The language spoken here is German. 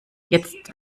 jetzt